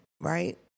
Right